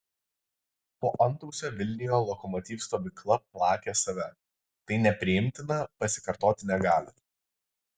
po antausio vilniuje lokomotiv stovykla plakė save tai nepriimtina pasikartoti negali